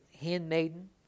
handmaiden